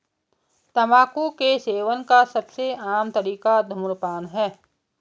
तम्बाकू के सेवन का सबसे आम तरीका धूम्रपान है